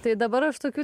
tai dabar aš tokių